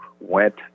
went